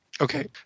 okay